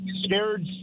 scared